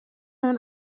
hun